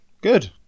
Good